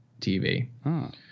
TV